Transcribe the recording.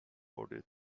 order